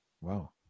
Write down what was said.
Wow